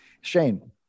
Shane